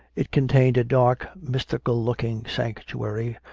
it contained a dark, mys tical-looking sanctuary,